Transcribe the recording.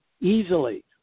easily